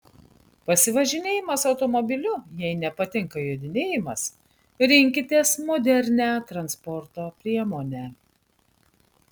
pasivažinėjimas automobiliu jei nepatinka jodinėjimas rinkitės modernią transporto priemonę